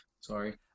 sorry